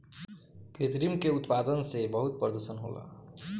कृत्रिम के उत्पादन से बहुत प्रदुषण होला